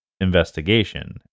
investigation